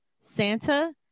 Santa